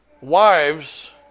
wives